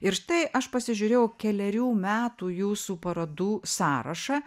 ir štai aš pasižiūrėjau kelerių metų jūsų parodų sąrašą